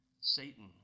Satan